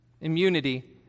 immunity